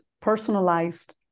personalized